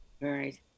Right